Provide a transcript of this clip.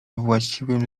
właściwym